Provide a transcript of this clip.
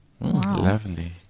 Lovely